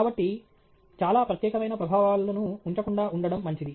కాబట్టి చాలా ప్రత్యేకమైన ప్రభావాలను ఉంచకుండా ఉండడం మంచిది